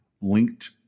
linked